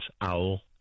owl